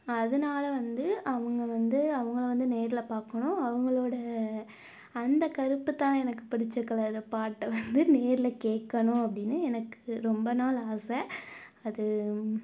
அதனால வந்து அவங்க வந்து அவங்கள வந்து நேரில் பார்க்கணும் அவங்களோட அந்த கருப்பு தான் எனக்கு பிடிச்ச கலரு பாட்டை வந்து நேரில் கேட்கணும் அப்படினு எனக்கு ரொம்ப நாள் ஆசை அது